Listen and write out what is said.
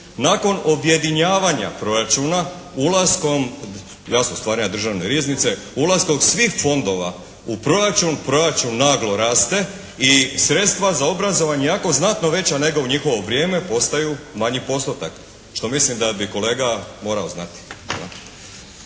stvaranjem Državne riznice, ulaskom svih fondova u proračun, proračun naglo raste i sredstva za obrazovanje jako znatno veća nego u njihovo vrijeme postaju manji postotak, što mislim da bi kolega morao znati.